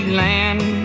land